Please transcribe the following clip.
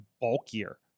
bulkier